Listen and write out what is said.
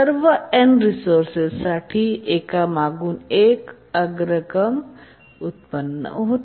सर्व N resources साठी हे एकामागून एक अग्रक्रम उत्पन्न होते